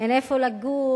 אין איפה לגור,